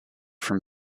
from